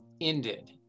ended